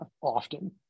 often